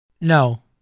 No